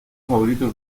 favorito